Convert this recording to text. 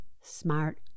smart